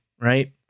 right